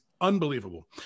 unbelievable